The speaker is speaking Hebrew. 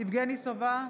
יבגני סובה,